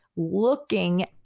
Looking